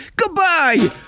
Goodbye